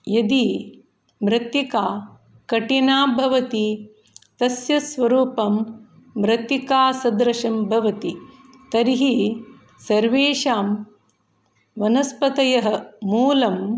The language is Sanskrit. यदि मृत्तिका कठिना भवति तस्य स्वरूपं मृत्तिकासदृशं भवति तर्हि सर्वेषां वनस्पतयः मूलं